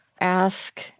Ask